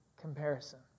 comparison